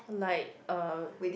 like uh